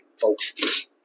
folks